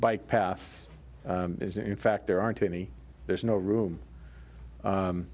bike paths is in fact there aren't any there's no room